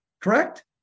Correct